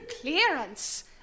Clearance